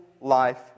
life